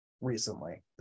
recently